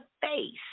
face